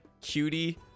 cutie